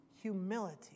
humility